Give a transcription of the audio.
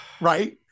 Right